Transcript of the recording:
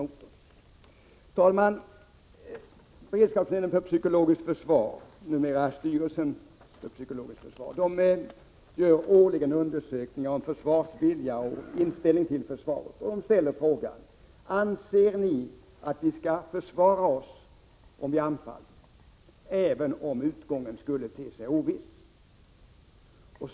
Fru talman! Beredskapsnämnden för psykologiskt försvar, numera styrel sen för psykologiskt försvar, gör årligen undersökningar om försvarsvilja och inställning till försvaret. Man har ställt frågan: Anser ni att vi skall försvara oss, om vi blir anfallna, även om utgången skulle te sig oviss?